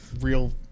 real